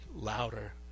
louder